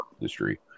industry